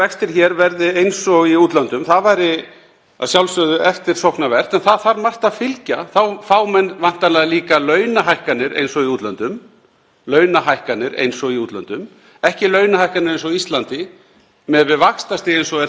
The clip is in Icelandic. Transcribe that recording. launahækkanir eins og í útlöndum, ekki launahækkanir eins og á Íslandi miðað við vaxtastig eins og er þar. Þetta þarf að haldast í hendur og að hluta til finnst mér stundum eins og við séum að tala um það hvort eigi að koma á undan. Ég held það væri skynsamlegt að við myndum byrja á því að